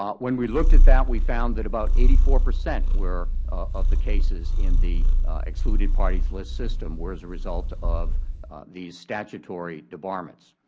um when we looked at that, we found that about eighty four percent of the cases in the excluded parties list system were as a result of these statutory debarments.